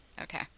Okay